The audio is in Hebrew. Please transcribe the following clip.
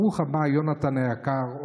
ברוך הבא, יונתן היקר.